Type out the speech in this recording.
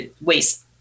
waste